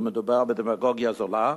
ומדובר בדמגוגיה זולה,